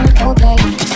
Okay